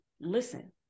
listen